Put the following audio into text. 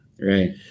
Right